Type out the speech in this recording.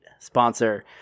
sponsor